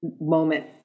moment